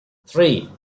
three